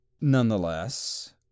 Nonetheless